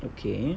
okay